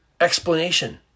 explanation